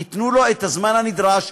ייתנו לו את הזמן הנדרש,